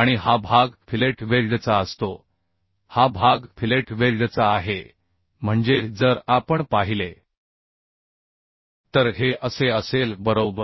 आणि हा भाग फिलेट वेल्डचा असतो हा भाग फिलेट वेल्डचा आहे म्हणजे जर आपण पाहिले तर हे असे असेल बरोबर